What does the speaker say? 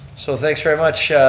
so thanks very much,